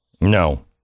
No